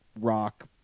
rock